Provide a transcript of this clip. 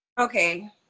Okay